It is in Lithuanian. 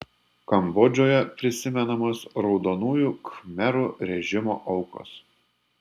kambodžoje prisimenamos raudonųjų khmerų režimo aukos